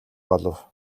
болов